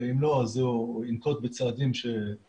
אם לא אז הוא ינקוט בצעדים שבסמכותו.